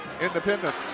Independence